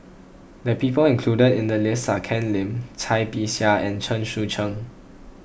the people included in the list are Ken Lim Cai Bixia and Chen Sucheng